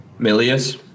Milius